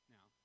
Now